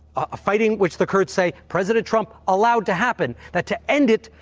ah fighting which the kurds say president trump allowed to happen, that to end it,